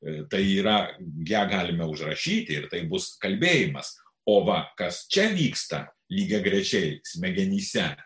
tai yra ją galime užrašyti ir tai bus kalbėjimas o va kas čia vyksta lygiagrečiai smegenyse